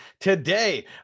today